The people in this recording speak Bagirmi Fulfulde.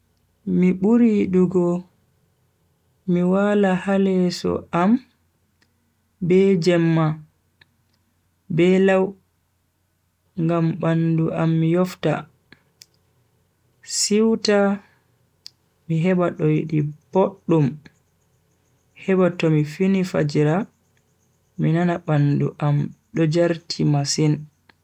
Mi buri yidugo mi wala ha leso am be jemma be lau ngam bandu am yofta, siwta mi heba doidi duddum heba tomi fini fajjira mi nana bandu am do jarti masin.